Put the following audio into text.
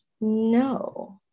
No